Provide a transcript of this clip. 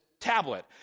tablet